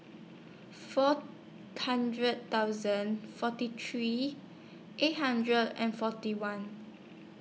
four hundred thousand forty three eight hundred and forty one